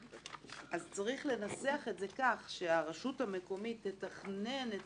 אז צריך לנסח את זה כך שהרשות המקומית תתכנן את